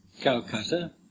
Calcutta